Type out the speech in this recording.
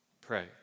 pray